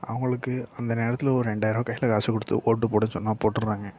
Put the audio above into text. அவங்களுக்கு அந்த நேரத்தில் ஒரு ரெண்டாயருவா கையில் காசு கொடுத்து ஓட்டு போட சொன்னால் போட்டுகிறாங்க